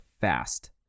fast